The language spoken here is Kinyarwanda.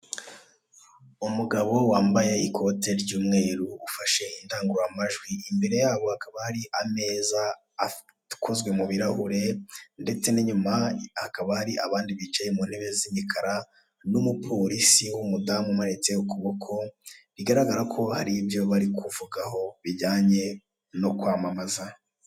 Umugabo wambaye ikote ry'umweru ufashe indangururamajwi imbere yabo hakaba hari ameza akozwe mu birahure, ndetse n'inyuma hakaba hari abandi bicaye mu ntebe z'imikara n'umupolisi w'umudamu umanitse ukuboko bigaragara ko hari ibyo bari kuvugaho bijyanye no kwamamaza.